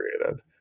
created